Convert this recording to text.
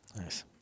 Nice